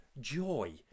joy